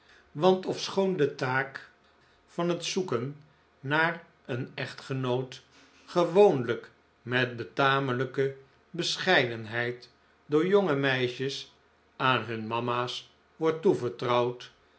want ofschoon de taak van het zoeken naar een echtgenoot gewoonlijk met betamelijke bescheidenheid door jonge meisjes aan hun mama's wordt toevertrouwd